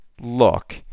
look